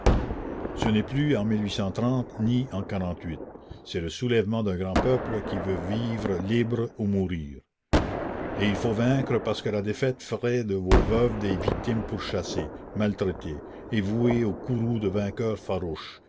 ce n'est plus en ni un cest le soulèvement d'un grand peuple qui veut vivre libre ou mourir et il faut vaincre parce que la défaite ferait de vos veuves des victimes pourchassées maltraitées et vouées au courroux de vainqueurs farouches